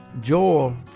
Joel